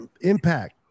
impact